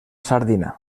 sardina